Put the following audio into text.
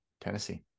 tennessee